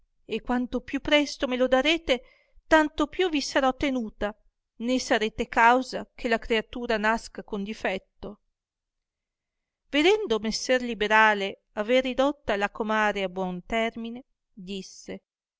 e quanto piìi presto me lo darete tanto più vi sarò tenuta né sarete causa che la creatura nasca con difetto vedendo messer liberale aver ridotta la comare a buon termine disse